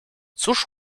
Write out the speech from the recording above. cóż